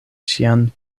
ŝian